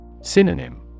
Synonym